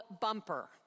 Bumper